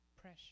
pressure